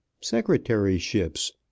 secretaryships